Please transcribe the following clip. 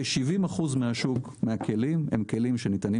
כ-70% מהכלים שבשוק הם כלים שניתנים